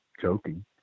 joking